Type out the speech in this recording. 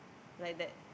like that